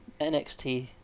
NXT